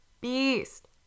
beast